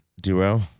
duo